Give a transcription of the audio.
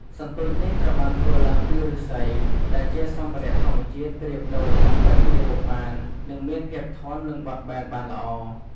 សន្ទូចនេះ ត្រូវបានធ្វើឡើងពីឬស្សី ដែលជាសម្ភារៈធម្មជាតិប្រៀបដូចកាំបិតងាយរកបាន និងមានភាពធន់និងបត់បែនបានល្អ។